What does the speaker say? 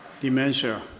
Dementia